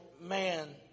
man